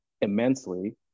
immensely